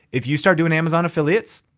if you start doing amazon affiliates,